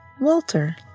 Walter